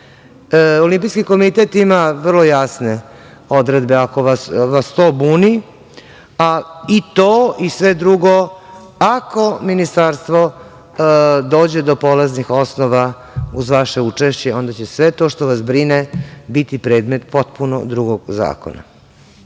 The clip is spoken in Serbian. Olimpijski komitet ima vrlo jasne odredbe ako vas to buni, a i to, i sve drugo, ako ministarstvo dođe do polaznih osnova uz vaše učešće, onda će sve to što vas brine biti predmet potpuno drugog zakona.